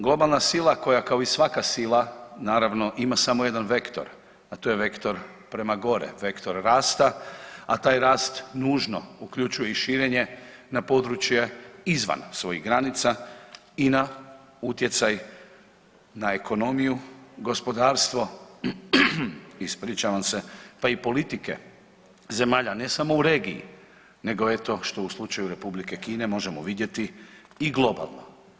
Globalna sila koja kao i svaka sila naravno ima samo jedan vektor, a to je vektor prema gore, vektor rasta, a taj rast nužno uključuje i širenje na područje izvan svojih granica i na utjecaj na ekonomiju, gospodarstvo, pa i politike zemalja, ne samo u regiju nego eto što u slučaju Republike Kine možemo vidjeti i globalno.